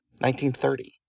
1930